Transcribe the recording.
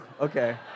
okay